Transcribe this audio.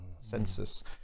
census